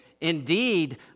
Indeed